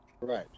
Right